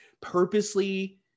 purposely